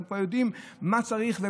אנחנו כבר יודעים מה צריך.